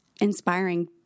inspiring